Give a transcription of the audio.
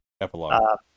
Epilogue